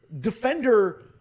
defender